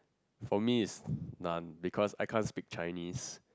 for me it's none because I can't speak Chinese